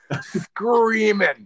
screaming